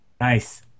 Nice